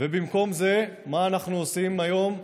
ובמקום זה, מה אנחנו עושים היום?